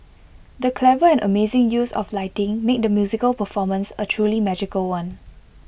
the clever and amazing use of lighting made the musical performance A truly magical one